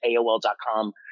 aol.com